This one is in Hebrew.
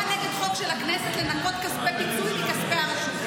נגד חוק של הכנסת לנכות כספי פיצוי מכספי הרשות,